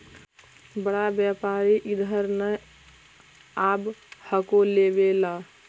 बड़का व्यापारि इधर नय आब हको लेबे ला?